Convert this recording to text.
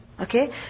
Okay